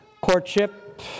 courtship